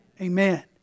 Amen